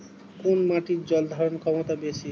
কোন মাটির জল ধারণ ক্ষমতা বেশি?